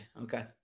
Okay